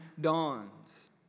dawns